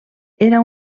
era